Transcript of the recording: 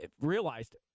realized